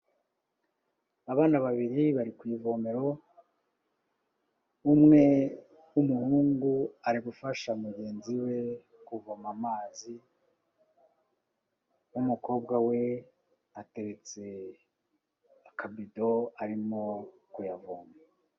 Abana babiri bari ku ivomero, umwe w'umuhungu ari gufasha mugenzi we kuvoma amazi, umumukobwa we ateretse akabido, arimo kuyavoma.